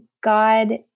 God